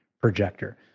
projector